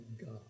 God